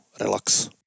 relax